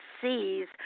sees